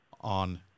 on